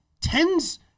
tens